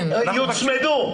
הן יוצמדו.